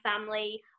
family